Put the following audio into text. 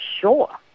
sure